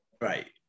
Right